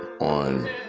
on